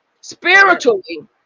spiritually